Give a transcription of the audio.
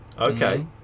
okay